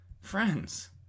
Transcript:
Friends